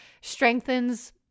strengthens